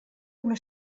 una